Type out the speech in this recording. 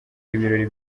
ibirori